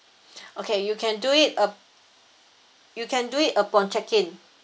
okay you can do it up~ you can do it upon check in